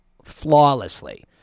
flawlessly